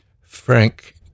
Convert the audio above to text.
Frank